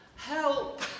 Help